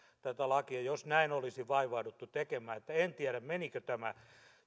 tätä lakia jos näin olisi vaivauduttu tekemään en tiedä menikö tämä